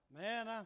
Man